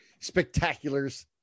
spectaculars